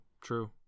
True